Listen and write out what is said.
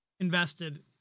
invested